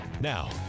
Now